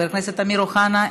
חבר הכנסת אמיר אוחנה,